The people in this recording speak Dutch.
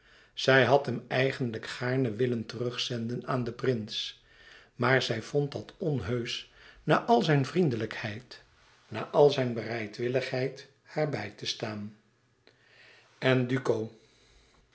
zij had hem eigenlijk gaarne willen terug zenden aan den prins maar zij vond dat onheusch na al zijn vriendelijkheid na zijne bereidwilligheid haar bij te staan en duco